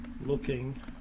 looking